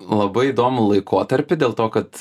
labai įdomų laikotarpį dėl to kad